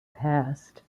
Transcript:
past